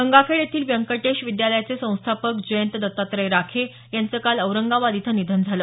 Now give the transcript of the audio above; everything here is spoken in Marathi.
गंगाखेड येथील व्यंकटेश विद्यालयाचे संस्थापक जयंत दत्तात्रय राखे यांचं काल औरंगाबाद इथं निधन झालं